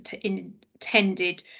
intended